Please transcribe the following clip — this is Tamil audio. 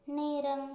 நேரம்